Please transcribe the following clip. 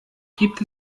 gibt